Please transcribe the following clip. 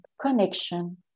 connection